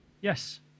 Yes